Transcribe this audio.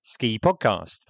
SKIPODCAST